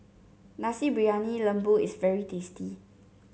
Nasi Briyani Lembu is very tasty